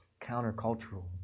countercultural